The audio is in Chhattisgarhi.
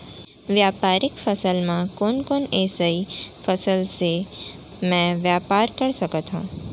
व्यापारिक फसल म कोन कोन एसई फसल से मैं व्यापार कर सकत हो?